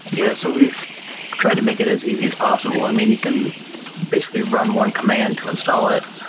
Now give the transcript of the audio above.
yeah. so we've tried to make it as easy as possible. i mean, you can basically run one command to install it,